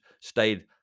stayed